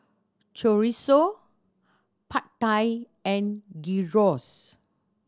Chorizo Pad Thai and Gyros